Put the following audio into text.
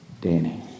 Danny